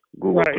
Google